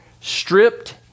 Stripped